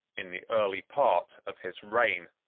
in the early part of his reign,